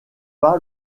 pas